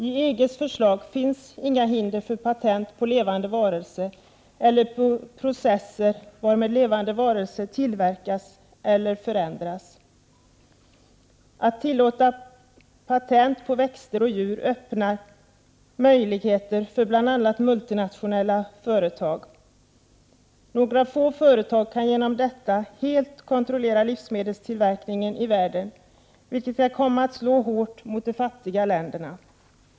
I EG:s förslag finns inga hinder för patent på levande varelser eller på processer varmed levande varelser tillverkas eller förändras. Att tillåta patent på växter och djur öppnar möjligheter för bl.a. multinationella företag. Några få företag kan genom detta helt kontrollera livsmedelstillverkningen i världen, vilket kan komma 111 att slå hårt mot de fattiga länderna.